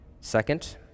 Second